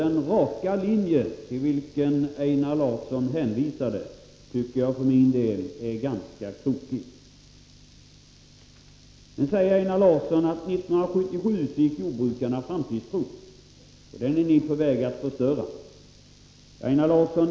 Den raka linje till vilken Einar Larsson hänvisade tycker jag alltså för min del är ganska krokig. Nu säger Einar Larsson att jordbrukarna fick framtidstro 1977, men att vi är på väg att förstöra den. Einar Larsson!